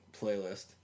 playlist